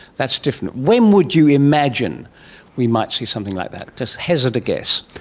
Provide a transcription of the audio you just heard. that's different. when would you imagine we might see something like that? just hazard a guess.